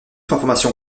information